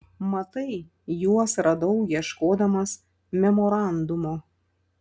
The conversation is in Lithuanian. matai juos radau ieškodamas memorandumo